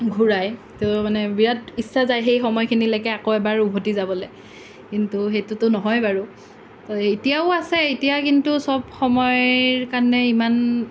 ঘূৰাই তো মানে বিৰাট ইচ্ছা যায় সেই সময়খিনিলৈকে আকৌ এবাৰ উভতি যাবলৈ কিন্তু সেইটোতো নহয় বাৰু তো এতিয়াও আছে এতিয়া কিন্তু সব সময়ৰ কাৰণে ইমান